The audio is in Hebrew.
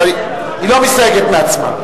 אדוני, אבל היא לא מסתייגת מעצמה.